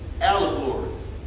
allegories